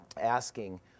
asking